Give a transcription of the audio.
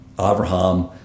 Abraham